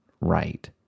right